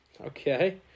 Okay